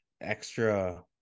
extra